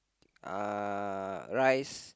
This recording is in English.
uh rice